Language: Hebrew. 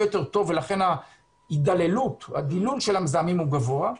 יותר טוב ולכן הידללות של המזהמים הוא גבוה.